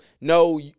no